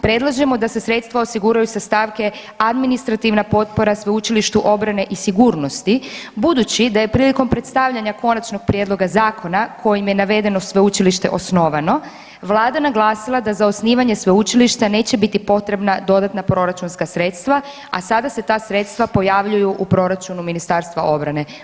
Predlažemo da se sredstva osiguraju sa stavke Administrativna potpora sveučilištu obrane i sigurnosti, budući da je prilikom predstavljanja konačnog prijedloga zakona kojim je navedeno sveučilište osnovano Vlada naglasila da za osnivanje sveučilišta neće biti potrebna dodatna proračunska sredstva, a sada se ta sredstva pojavljuju u proračunu Ministarstva obrane.